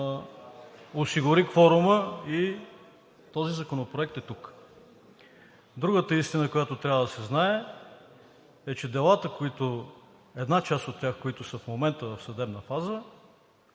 осигури кворума и този законопроект е тук. Другата истина, която трябва да се знае, е, че една част от делата, които в момента са в съдебна фаза,